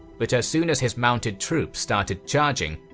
but as soon as his mounted troops started charging,